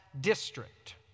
district